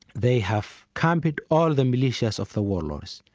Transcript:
they have camped all the militias of the warlords,